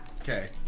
Okay